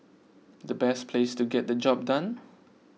the best place to get the job done